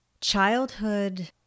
childhood